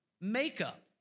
makeup